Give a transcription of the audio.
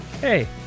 Hey